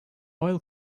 oil